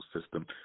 system